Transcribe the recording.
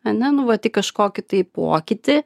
ana nu va tik kažkokį tai pokytį